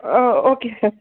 O okay sir